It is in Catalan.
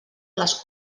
les